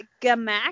Gamak